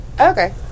Okay